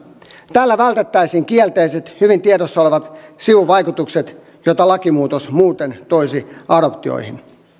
tällä vältettäisiin kielteiset hyvin tiedossa olevat sivuvaikutukset joita lakimuutos muuten toisi adoptioihin